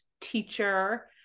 teacher